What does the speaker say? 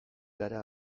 gara